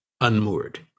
unmoored